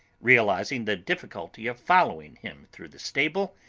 realising the difficulty of following him through the stable,